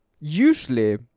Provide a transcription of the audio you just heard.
usually